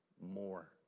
more